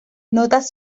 notas